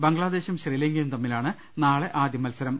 ബംഗ്ലാദേശും ശ്രീലങ്കയും തമ്മിലാണ് നാളെ ആദ്യമത്സരം